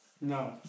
No